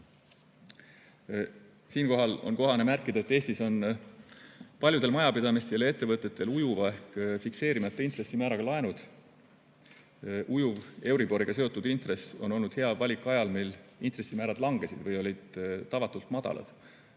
suureneda. Siinkohal on kohane märkida, et Eestis on paljudel majapidamistel ja ettevõtetel ujuva ehk fikseerimata intressimääraga laenud. Ujuv, euriboriga seotud intress on olnud hea valik ajal, mil intressimäärad langesid või olid tavatult madalad.